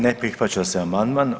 Ne prihvaća se amandman.